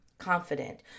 confident